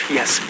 Yes